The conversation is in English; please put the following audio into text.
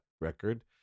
record